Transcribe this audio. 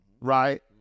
right